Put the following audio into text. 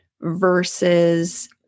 versus